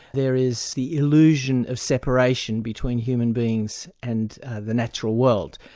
there is the illusion of separation between human beings and the natural world.